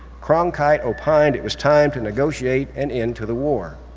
cronkite opined it was time to negotiate an end to the war.